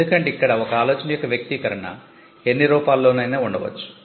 ఎందుకంటే ఇక్కడ ఒక ఆలోచన యొక్క వ్యక్తీకరణ ఎన్ని రూపాల్లో నైనా ఉండవచ్చు